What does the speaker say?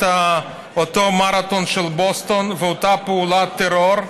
את אותו מרתון של בוסטון ואת אתה פעולת טרור,